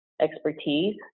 expertise